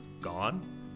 gone